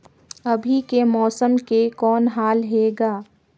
अभी के मौसम के कौन हाल हे ग?